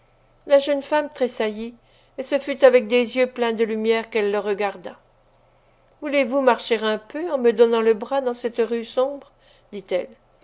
la jeune femme tressaillit et ce fut avec des yeux pleins de lumière qu'elle le regarda voulez-vous marcher un peu en me donnant le bras dans cette rue sombre dit-elle